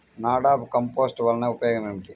NADEP compost వలన ఉపయోగం ఏమిటి?